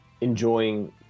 enjoying